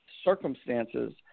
circumstances